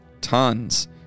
tons